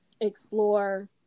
explore